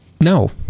No